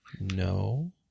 No